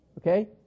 Okay